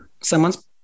someone's